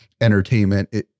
entertainment